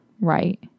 Right